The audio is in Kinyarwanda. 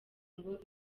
ngo